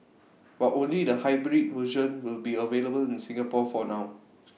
but only the hybrid version will be available in Singapore for now